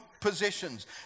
positions